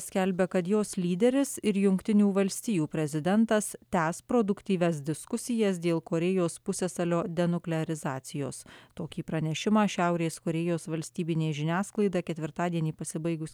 skelbia kad jos lyderis ir jungtinių valstijų prezidentas tęs produktyvias diskusijas dėl korėjos pusiasalio denuklerizacijos tokį pranešimą šiaurės korėjos valstybinė žiniasklaida ketvirtadienį pasibaigus